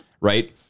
Right